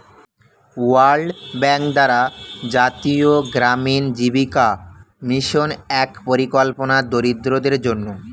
world Bank দ্বারা জাতীয় গ্রামীণ জীবিকা মিশন এক পরিকল্পনা দরিদ্রদের জন্যে